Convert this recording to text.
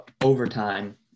overtime